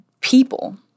people